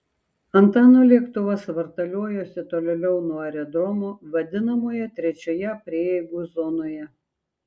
antano lėktuvas vartaliojosi tolėliau nuo aerodromo vadinamoje trečioje prieigų zonoje